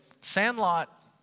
Sandlot